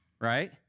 right